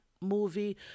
movie